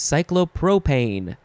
Cyclopropane